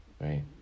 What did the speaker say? right